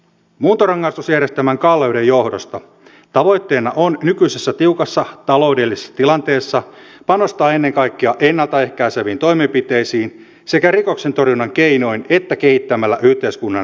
muuntorangaistusjärjestelmän kalleuden johdosta tavoitteena on nykyisessä tiukassa taloudellisessa tilanteessa panostaa ennen kaikkea ennalta ehkäiseviin toimenpiteisiin sekä rikoksentorjunnan keinoin että kehittämällä yhteiskunnan tukipalveluita